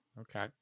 Okay